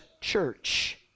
church